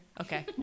okay